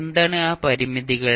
എന്താണ് ആ പരിമിതികൾ